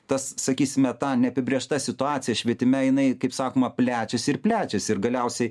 tas sakysime ta neapibrėžta situacija švietime jinai kaip sakoma plečiasi ir plečiasi ir galiausiai